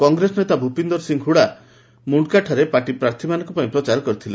କଂଗ୍ରେସ ନେତା ଭୂପିନ୍ଦର ସିଂ ହୁଡ଼ା ମୁଣ୍ଡକାଠାରେ ପାର୍ଟି ପ୍ରାର୍ଥୀ ମାନଙ୍କ ପାଇଁ ପ୍ରଚାର କରିଥିଲେ